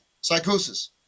psychosis